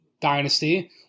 dynasty